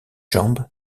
jambe